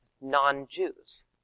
non-Jews